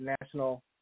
National